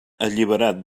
alliberat